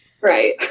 right